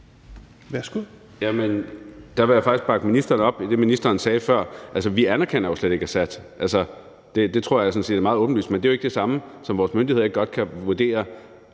Værsgo.